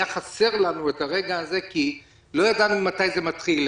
היה חסר לנו הרגע הזה כי לא ידענו מתי זה התחיל.